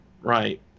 Right